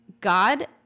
God